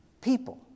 People